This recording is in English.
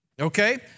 okay